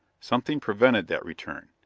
something prevented that return.